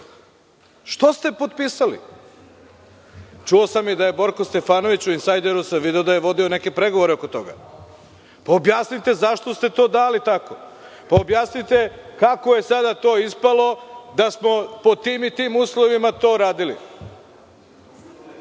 Što ste potpisali? Čuo sam da je Borko Stefanović, u „Insajderu“ sam video da je vodio neke pregovore oko toga. Objasnite zašto ste to dali tako. Objasnite kako je sada to ispalo da smo pod tim i tim uslovima to radili. Vas